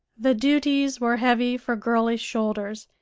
the duties were heavy for girlish shoulders,